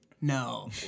No